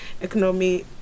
economy